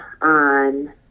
on